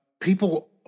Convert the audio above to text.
people